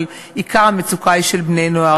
אבל עיקר המצוקה היא של בני-נוער.